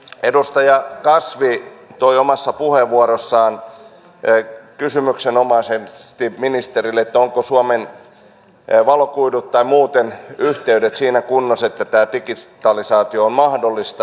edustaja kasvi esitti omassa puheenvuorossaan kysymyksenomaisesti ministerille ovatko suomen valokuidut tai muuten yhteydet siinä kunnossa että tämä digitalisaatio on mahdollista